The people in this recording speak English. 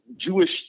Jewish